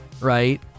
right